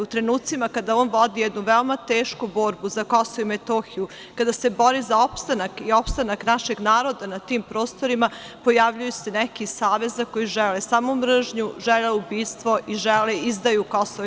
U trenucima kada on vodi jednu veoma tešku borbu za KiM, kada se bori za opstanak i opstanak našeg naroda na tim prostorima, pojavljuje se neki iz Saveza koji žele samo mržnju, žele ubistvo i žele izdaju KiM.